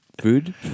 food